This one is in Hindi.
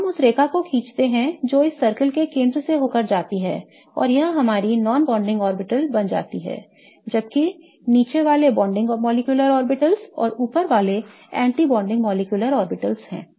तो हम उस रेखा को खींचते हैं जो इस circle के केंद्र से होकर जाती है और यह हमारी non bonding orbitals बन जाती है जबकि नीचे वाले bonding molecular orbitals हैं और ऊपर वाले anti bonding molecular orbitals हैं